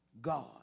God